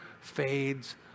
fades